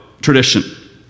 tradition